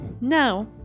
now